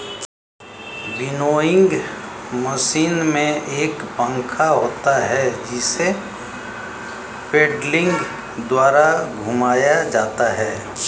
winnowing machine में एक पंखा होता है जिसे पेडलिंग द्वारा घुमाया जाता है